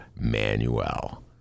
Manuel